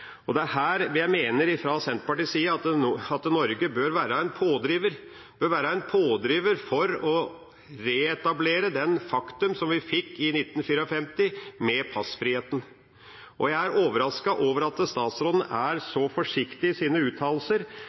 har hatt ordet her tidligere. Det er her vi mener fra Senterpartiets side at Norge bør være en pådriver for å reetablere det faktum som vi fikk i 1954 med passfriheten. Jeg er overrasket over at statsråden er så forsiktig i sine uttalelser.